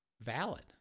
valid